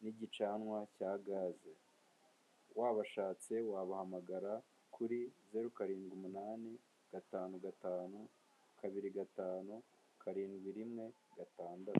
n'igicanwa cya gaze wabashatse wabahamagara kuri zeru karindwi umunani gatanu gatanu kabiri gatanu karindwi rimwe gatandatu.